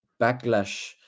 backlash